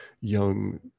young